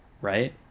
right